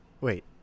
Wait